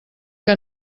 que